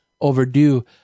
overdue